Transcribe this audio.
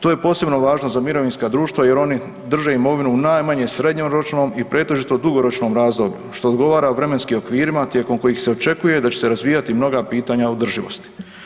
To je posebno važno za mirovinska društva jer oni drže imovinu u najmanje srednjoročnom i pretežito dugoročnom razdoblju, što odgovara vremenskim okvirima tijekom kojih se očekuje da će se razvijati mnoga pitanja održivosti.